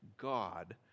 God